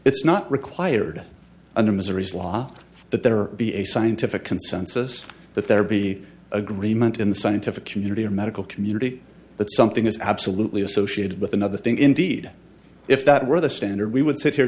it's not required under missouri's law that there be a scientific consensus that there be agreement in the scientific community or medical community that something is absolutely associated with another thing indeed if that were the standard we would sit here